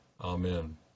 Amen